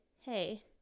hey